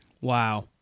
Wow